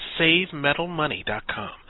SaveMetalMoney.com